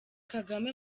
kagame